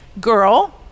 girl